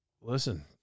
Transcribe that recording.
Listen